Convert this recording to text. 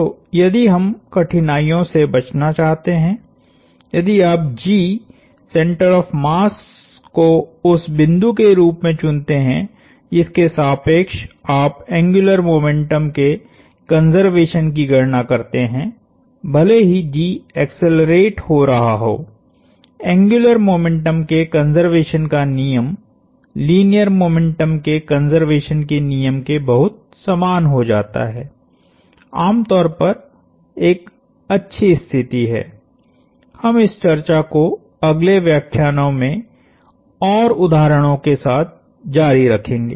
तो यदि हम इन कठिनाईयों से बचना चाहते हैं यदि आप G सेंटर ऑफ़ मास को उस बिंदु के रूप में चुनते हैं जिसके सापेक्ष आप एंग्युलर मोमेंटम के कंज़र्वेशन की गणना करते हैं भले ही G एक्सेलरेट हो रहा हो एंग्युलर मोमेंटम के कंज़र्वेशन का नियम लीनियर मोमेंटम के कंज़र्वेशन के नियम के बहुत समान हो जाता है आमतौर पर एक अच्छी स्तिथि है हम इस चर्चा को अगले व्याख्यानों में और उदाहरणों के साथ जारी रखेंगे